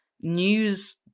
news